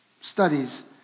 studies